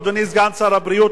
אדוני סגן שר הבריאות,